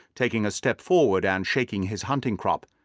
taking a step forward and shaking his hunting-crop.